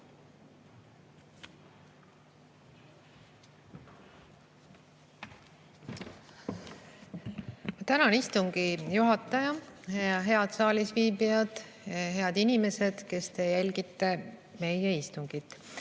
Tänan, istungi juhataja! Head saalis viibijad! Head inimesed, kes te jälgite meie istungit!